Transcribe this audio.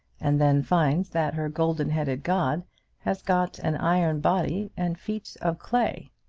and then finds that her golden-headed god has got an iron body and feet of clay.